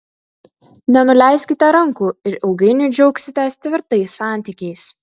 nenuleiskite rankų ir ilgainiui džiaugsitės tvirtais santykiais